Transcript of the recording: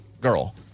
girl